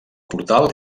portal